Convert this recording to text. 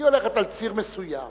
היא הולכת על ציר מסוים,